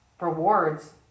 rewards